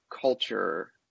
culture